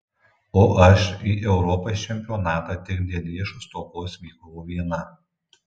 o aš į europos čempionatą tik dėl lėšų stokos vykau viena